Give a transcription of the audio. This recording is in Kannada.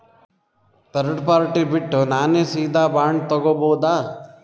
ಥರ್ಡ್ ಪಾರ್ಟಿ ಬಿಟ್ಟು ನಾನೇ ಸೀದಾ ಬಾಂಡ್ ತೋಗೊಭೌದಾ?